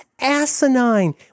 asinine